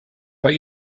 bei